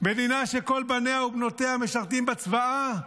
מדינה שכל בניה ובנותיה משרתים בצבאה,